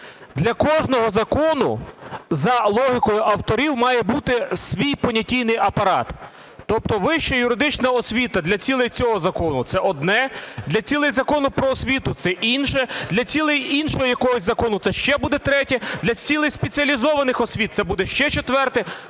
Для кожного закону, за логікою авторів, має бути свій понятійний апарат. Тобто вища юридична освіта для цілей цього закону – це одне, для цілей Закону "Про освіту" – це інше, для цілей іншого якогось закону - це ще буде третє, для цілей спеціалізованих освіт - це буде ще четверте.